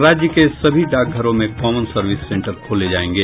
और राज्य के सभी डाकघरों में कॉमन सर्विस सेंटर खोले जायेंगे